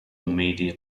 media